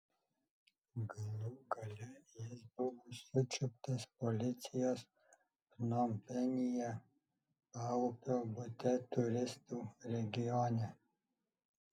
galų gale jis buvo sučiuptas policijos pnompenyje paupio bute turistų regione